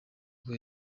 rwo